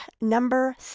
number